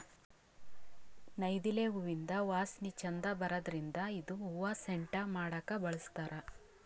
ನೈದಿಲೆ ಹೂವಿಂದ್ ವಾಸನಿ ಛಂದ್ ಬರದ್ರಿನ್ದ್ ಇದು ಹೂವಾ ಸೆಂಟ್ ಮಾಡಕ್ಕ್ ಬಳಸ್ತಾರ್